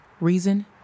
Reason